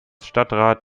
stadtrat